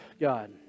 God